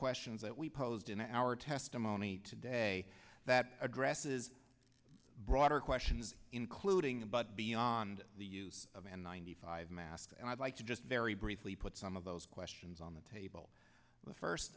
questions that we posed in our testimony today that addresses broader questions including but beyond the use of and ninety five masks and i'd like to just very briefly put some of those questions on the table the first